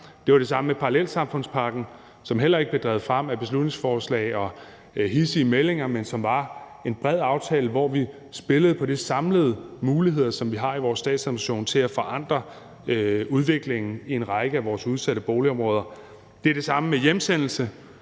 Det var det samme med parallelsamfundspakken, som heller ikke blev drevet frem af beslutningsforslag og hidsige meldinger, men som var en bred aftale, hvor vi spillede på de samlede muligheder, som vi har i vores statsadministration, til at forandre udviklingen i en række af vores udsatte boligområder. Det er det samme med hjemsendelse,